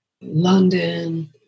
London